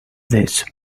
this